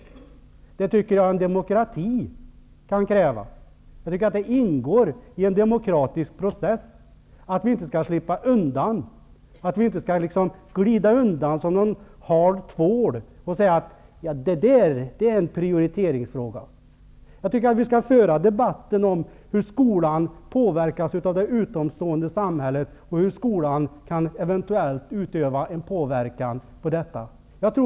Det kräver en demokrati. Det ingår i en demokratisk process att vi inte skall slippa undan, eller glida undan som någon slags hal tvål, genom att säga: Det där är en prioriteringsfråga. Vi skall föra en debatt om hur skolan påverkas av det omgivande samhället och hur skolan eventuellt kan utöva en påverkan på detta.